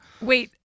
Wait